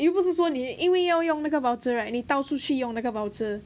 又不是说你因为要用那个 voucher right 你到处去用那个 voucher